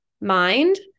mind